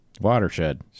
Watershed